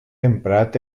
emprat